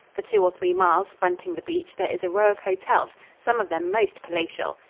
for two or three miles fronting the beach there is a row of hotels, some of them most palatial.